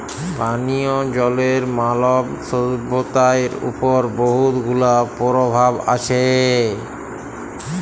পানীয় জলের মালব সইভ্যতার উপর বহুত গুলা পরভাব আছে